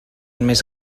més